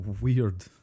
weird